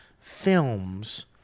Films